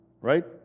right